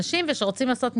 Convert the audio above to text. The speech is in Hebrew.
כשרוצים לעשות מחזור,